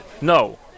no